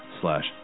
slash